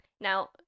Now